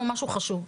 הוא משהו חשוב.